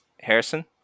Harrison